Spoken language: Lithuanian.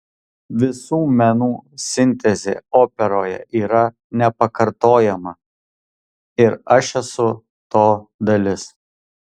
visų menų sintezė operoje yra nepakartojama ir aš esu to dalis